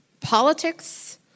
politics